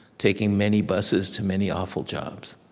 taking many buses to many awful jobs.